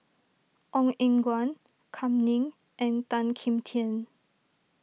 Ong Eng Guan Kam Ning and Tan Kim Tian